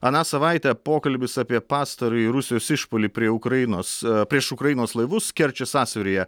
aną savaitę pokalbis apie pastarąjį rusijos išpuolį prie ukrainos prieš ukrainos laivus kerčės sąsiauryje